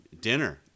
dinner